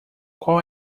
qual